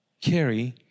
Carry